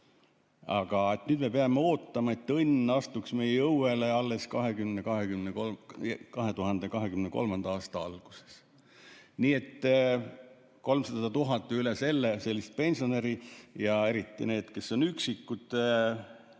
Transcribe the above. aga nüüd me peame ootama, et õnn astuks meie õuele alles 2023. aasta alguses. Nii et 300 000 ja rohkem pensionäri ja eriti need, kes on üksikud,